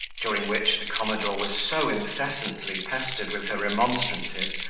during which, the commodore was so incessantly pestered with her remonstrances,